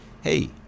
Hey